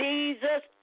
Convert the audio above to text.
Jesus